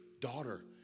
daughter